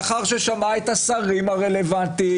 לאחר ששמע את השרים הרלוונטיים,